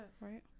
right